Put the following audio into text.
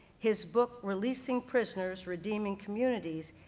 his book, releasing prisoners, redeeming communities,